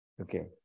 Okay